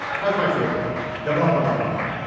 how is my favorite part? the bop, bop, bop, bop,